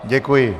Děkuji.